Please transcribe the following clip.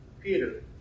Peter